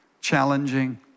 challenging